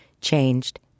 changed